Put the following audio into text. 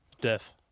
death